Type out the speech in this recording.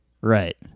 Right